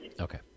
Okay